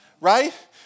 right